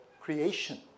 creation